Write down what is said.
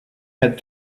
had